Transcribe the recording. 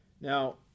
Now